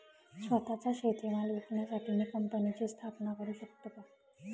स्वत:चा शेतीमाल विकण्यासाठी मी कंपनीची स्थापना करु शकतो का?